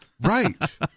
right